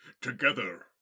Together